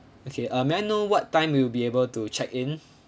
okay uh may I know what time you'll be able to check in